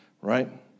Right